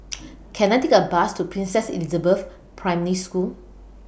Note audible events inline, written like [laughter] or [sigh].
[noise] Can I Take A Bus to Princess Elizabeth Primary School